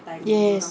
yes yes